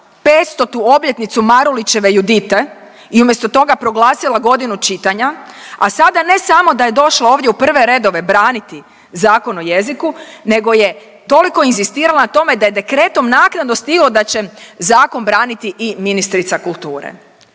500-tu obljetnicu Marulićeve Judite i umjesto toga proglasila godinu čitanja, a sada ne samo da je došla ovdje u prve redove braniti Zakon o jeziku, nego je toliko inzistirala na tome da je dekretom naknadno stiglo da će Zakon braniti i ministrica kulture.